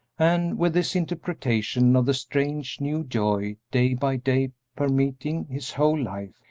and with this interpretation of the strange, new joy day by day permeating his whole life,